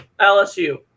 LSU